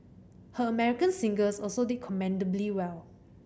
her American singles also did commendably well